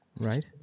Right